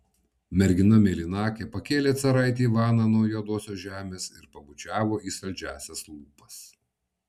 mergina mėlynakė pakėlė caraitį ivaną nuo juodosios žemės ir pabučiavo į saldžiąsias lūpas